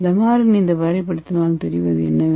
லாமாரின் இந்த வரைபடத்தை பார்ப்போம்